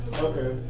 okay